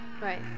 Right